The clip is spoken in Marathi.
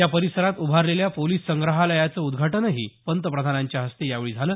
या परिसरात उभारलेल्या पोलिस संग्रहालयाचं उद्घाटनही पंतप्रधानांच्या हस्ते यावेळी झालं